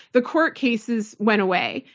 the court cases went away.